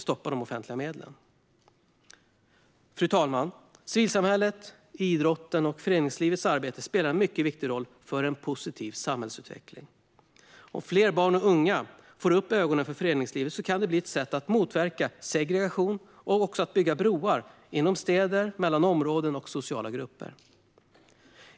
Fru talman! Civilsamhällets, idrottens och föreningslivets arbete spelar en mycket viktig roll för en positiv samhällsutveckling. Om fler barn och unga får upp ögonen för föreningslivet kan det bli ett sätt att motverka segregation och att bygga broar inom städer, mellan områden och sociala grupper.